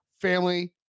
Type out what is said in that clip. family